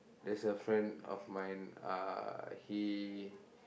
there's a friend of mine uh he